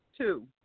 Two